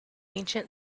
ancient